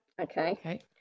okay